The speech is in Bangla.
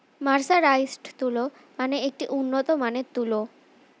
মার্সারাইজড তুলো মানে একটি উন্নত মানের তুলো